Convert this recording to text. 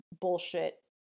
bullshit